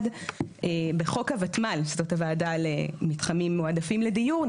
בחוק ה-ותמ"ל שזאת הוועדה למתחמים מועדפים לדיור,